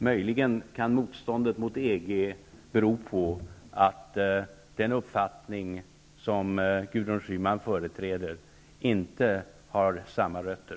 Möjligen kan motståndet mot EG bero på att den uppfattning som Gudrun Schyman företräder inte har samma rötter.